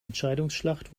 entscheidungsschlacht